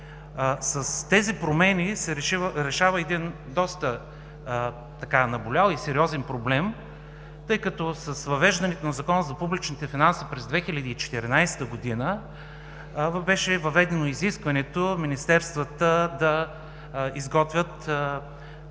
С тези промени се решава един доста наболял и сериозен проблем, тъй като с въвеждането на Закона за публичните финанси през 2014 г. беше въведено изискването министерствата да изготвят